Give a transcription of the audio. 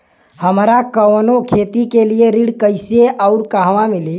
हमरा कवनो खेती के लिये ऋण कइसे अउर कहवा मिली?